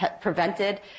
prevented